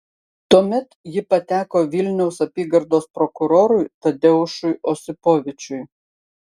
tuomet ji pateko vilniaus apygardos prokurorui tadeušui osipovičiui